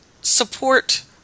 support